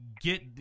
get